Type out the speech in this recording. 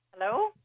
Hello